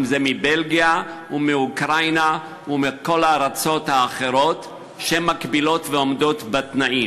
אם מבלגיה או מאוקראינה ומכל הארצות האחרות שמקבילות ועומדות בתנאים.